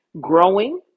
growing